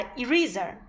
eraser